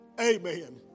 amen